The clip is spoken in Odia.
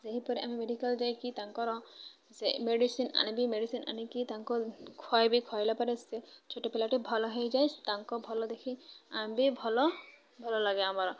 ସେହିପରି ଆମେ ମେଡ଼ିକାଲ ଯାଇକି ତାଙ୍କର ସେ ମେଡ଼ିସିନ ଆଣିବି ମେଡ଼ିସିନ ଆଣିକି ତାଙ୍କୁ ଖୁଆଇବି ଖୁଆଇଲା ପରେ ସେ ଛୋଟ ପିଲାଟି ଭଲ ହେଇଯାଏ ତାଙ୍କ ଭଲ ଦେଖି ଆମ ବି ଭଲ ଭଲ ଲାଗେ ଆମର